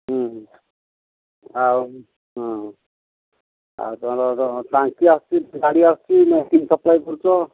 ହଁ ଆଉ ହଁ ଆଉ ତୁମର ଟାଙ୍କି ଆସୁଛି ଗାଡ଼ି ଆସିୁଛି ମେସିନ୍ ସପ୍ଲାଇ କରୁଛ